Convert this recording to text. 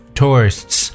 tourists